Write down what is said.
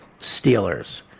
Steelers